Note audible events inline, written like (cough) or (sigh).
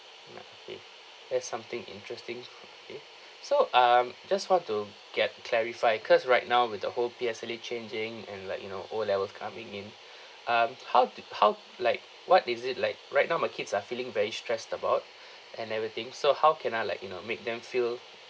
mm okay that's something interesting okay so um just want to get clarified cause right now with the whole P_S_L_E changing and like you know O levels coming in um how do how like what is it like right now my kids are feeling very stressed about (breath) and everything so how can I like you know make them feel